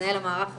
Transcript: מנהל המערך הקליני.